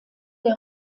der